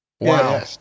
Wow